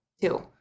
two